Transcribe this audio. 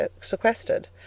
sequestered